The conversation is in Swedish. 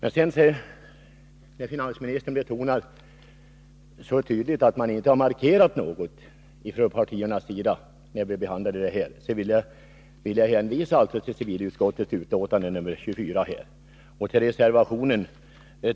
När finansministern säger att partierna inte gjorde några markeringar då vi behandlade dessa frågor vill jag hänvisa till reservationen 3 i civilutskottets betänkande nr 24 från centerns representanter.